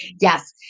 yes